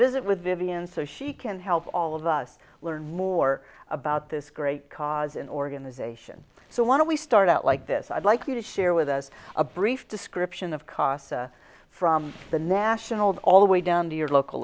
visit with vivian so she can help all of us learn more about this great cause an organization so why don't we start out like this i'd like you to share with us a brief description of casa from the nationals all the way down to your local